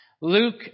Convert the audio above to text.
Luke